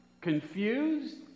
Confused